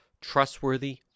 trustworthy